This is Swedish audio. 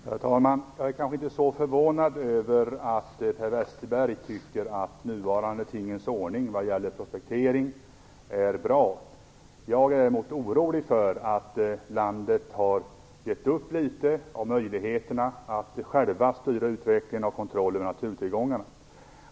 Herr talman! Jag är kanske inte så förvånad över att Per Westerberg tycker att den nuvarande tingens ordning vad gäller prospektering är bra. Jag är däremot orolig för att landet har gett upp litet i fråga om möjligheterna att själv styra utvecklingen av och kontrollen över naturtillgångarna.